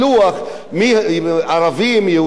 אין לי הדבר הזה.